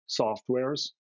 softwares